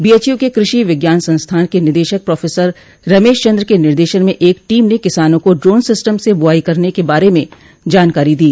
BHU के कृषि विज्ञान संस्थान के निदेशक प्रोफेसर रमेश चन्द्र के निर्देशन में एक टीम ने किसानों को ड्रोन सिस्टम से बुआई करने के बारे में जानकारी दी